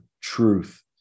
truth